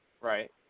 Right